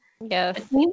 yes